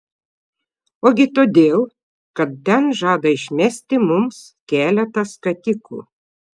ogi todėl kad ten žada išmesti mums keletą skatikų